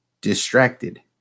distracted